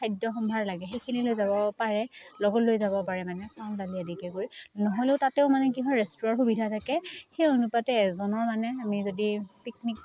খাদ্য সম্ভাৰ লাগে সেইখিনি লৈ যাব পাৰে লগত লৈ যাব পাৰে মানে চাউল দালি আদিকে কৰি নহ'লেও তাতেও মানে কি হয় ৰেষ্টুৰাৰ সুবিধা থাকে সেই অনুপাতে এজনৰ মানে আমি যদি পিকনিক